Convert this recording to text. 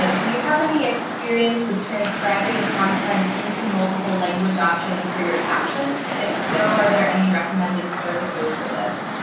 ah do you have any experience with transcribing content into multiple language options for your captions? if so, are there any recommended services for this?